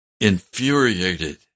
infuriated